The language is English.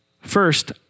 First